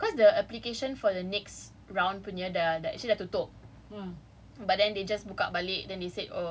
ya then they they said but they will extend cause the application for the next round punya dah actually dah tutup